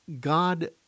God